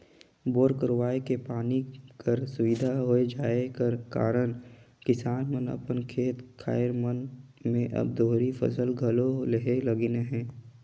bore करवाए के पानी कर सुबिधा होए जाए कर कारन किसान मन अपन खेत खाएर मन मे अब दोहरी फसिल घलो लेहे लगिन अहे